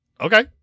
Okay